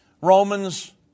Romans